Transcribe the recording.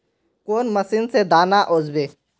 कौन मशीन से दाना ओसबे?